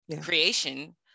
creation